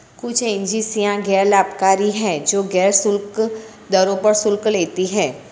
कुछ एजेंसियां गैर लाभकारी हैं, जो गैर शुल्क दरों पर शुल्क लेती हैं